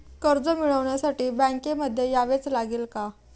कर्ज मिळवण्यासाठी बँकेमध्ये यावेच लागेल का?